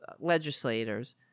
legislators